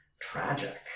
tragic